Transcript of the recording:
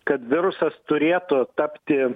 kad virusas turėtų tapti